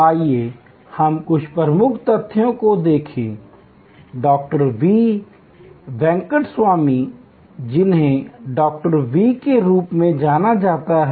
आइए हम कुछ प्रमुख तथ्यों को देखें डॉ वी वेंकटस्वामी जिन्हें डॉ वी के रूप में जाना जाता है